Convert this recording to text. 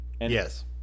Yes